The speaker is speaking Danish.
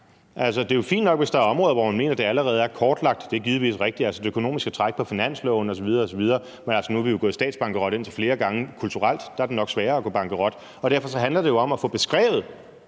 Det er jo fint nok, hvis der er områder, hvor man mener det allerede er kortlagt. Det er givetvis rigtigt – det økonomiske træk på finansloven osv. osv. Men nu er vi jo altså gået statsbankerot indtil flere gange. Kulturelt er det nok sværere at gå bankerot, og derfor handler det jo om at få det beskrevet: